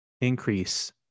increase